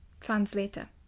Translator